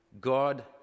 God